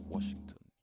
Washington